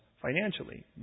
financially